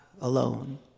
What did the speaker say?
alone